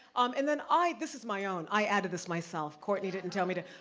um and then i, this is my own, i added this myself. cortney didn't tell me to,